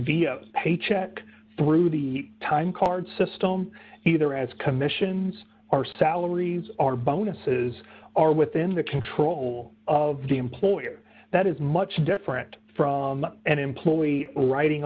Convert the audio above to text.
via a paycheck through the time card system either as commissions are bonuses are within the control of the employer that is much different from an employee writing